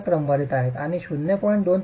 2 च्या क्रमवारीत आहेत आणि 0